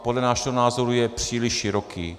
Podle našeho názoru je příliš široký.